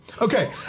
Okay